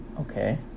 Okay